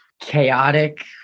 Chaotic